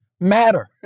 matter